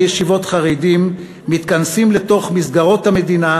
משפחות חרדים מתכנסים לתוך מסגרות המדינה,